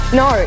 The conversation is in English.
no